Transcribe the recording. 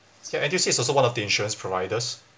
ya N_T_U_C is also one of the insurance providers